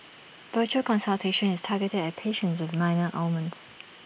virtual consultation is targeted at patients with minor ailments